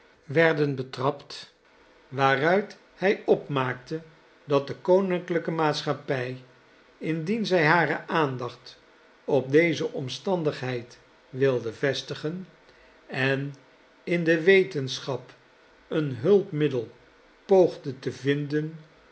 werden betrapt waaruit hij opmaakte dat de koninklijke maatschappij indien zij hare aandacht op deze omstandigheid wilde vestigen en in de wetenschap een hulpmiddel poogde te vinden